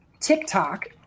TikTok